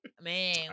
Man